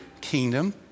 kingdom